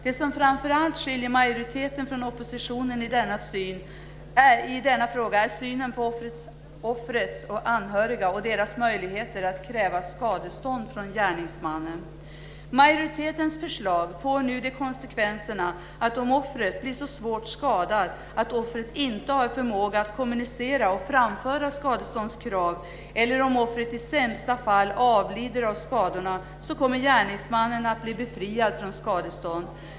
Det som framför allt skiljer majoriteten från oppositionen i denna fråga är synen på offrets anhöriga och deras möjligheter att kräva skadestånd från gärningsmannen. Majoritetens förslag får nu de konsekvenserna att om offret blir så svårt skadat att det inte har förmåga att kommunicera och framföra sitt skadeståndskrav, eller om offret i sämsta fall avlider av skadorna, kommer gärningsmannen att bli befriad från skadeståndsansvar.